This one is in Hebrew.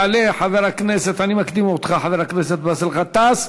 יעלה חבר הכנסת, אני מקדים אותך, באסל גטאס,